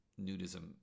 nudism